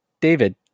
David